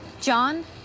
John